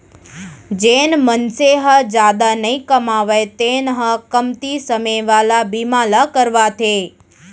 जेन मनसे ह जादा नइ कमावय तेन ह कमती समे वाला बीमा ल करवाथे